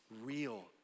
real